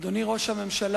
אדוני ראש הממשלה,